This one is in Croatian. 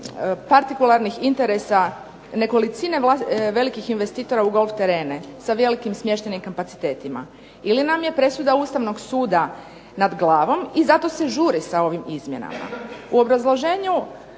partikularnih interesa nekolicine velikih investitora u golf terene sa velikim smještajnim kapacitetima ili nam je presuda Ustavnog suda nad glavom i zato se žuri sa ovi izmjenama. U obrazloženju